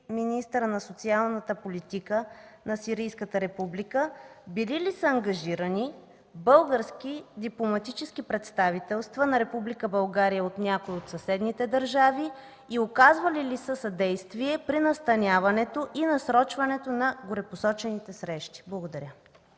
министъра на социалната политика на Сирийската република, били ли са ангажирани български дипломатически представителства на Република България от някои от съседните държави и оказвали ли са съдействие при настаняването и насрочването на горепосочените срещи? Благодаря.